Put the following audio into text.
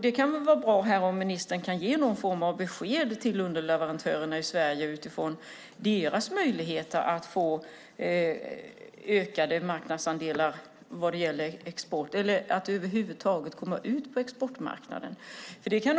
Det kan vara bra om ministern här kan ge ett besked till underleverantörerna i Sverige om deras möjligheter att få ökade marknadsandelar eller att över huvud taget komma ut på exportmarknaden. Fru talman!